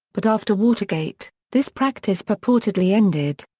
but after watergate, this practice purportedly ended.